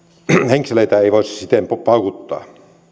henkseleitä ei voi siten paukuttaa